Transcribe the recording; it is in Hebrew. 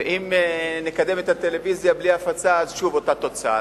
ואם נקדם את הטלוויזיה בלי הפצה, שוב אותה תוצאה.